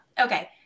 okay